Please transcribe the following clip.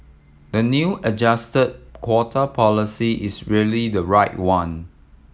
the new adjusted quota policy is really the right one